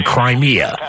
Crimea